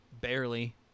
barely